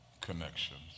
connections